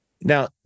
Now